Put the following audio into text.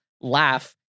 laugh